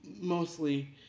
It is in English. mostly